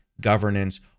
governance